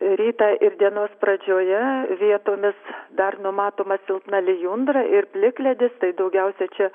rytą ir dienos pradžioje vietomis dar numatoma silpna lijundra ir plikledis tai daugiausia čia